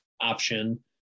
option